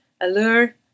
Allure